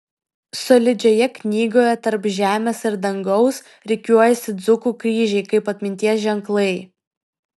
solidžioje knygoje tarp žemės ir dangaus rikiuojasi dzūkų kryžiai kaip atminties ženklai